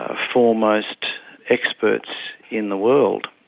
ah foremost experts in the world.